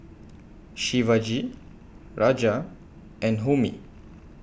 Shivaji Raja and Homi